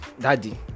daddy